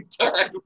time